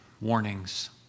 warnings